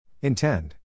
Intend